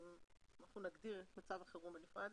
אנחנו נגדיר את מצב החירום בנפרד